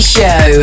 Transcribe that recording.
Show